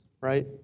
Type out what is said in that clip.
right